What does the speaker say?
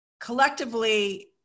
collectively